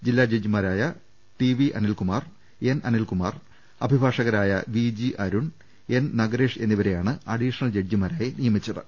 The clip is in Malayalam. ജില്ലാ ജഡ്ജി മാരായ T V Anilkumar N Anilkumar അഭിഭാഷ കരായ V G Arun N Nagaresh എന്നിവരെയാണ് അഡീഷണൽ ജഡ്ജിമാരായി നിയമിച്ചത്